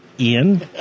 Ian